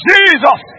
Jesus